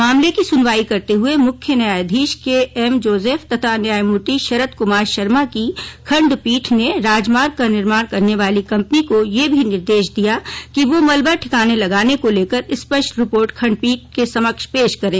मामले की सुनवाई करते हए मुख्य न्यायाधीश के एम जोसेफ तथा न्यायमूर्ति शरत कुमार शर्मा की खंडपीठ ने राजमार्ग का निर्माण करने वाली कंपनी को यह भी निर्देश दिया कि वह मलबा ठिकाने लगाने को लेकर स्पष्ट रिपोर्ट खंडपीठ के समक्ष पेश करे